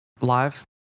live